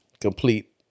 complete